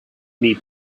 need